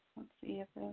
let's see if